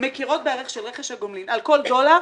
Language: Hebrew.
מכירות בערך של רכש הגומלין, על כל דולר